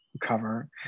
cover